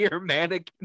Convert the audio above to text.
mannequin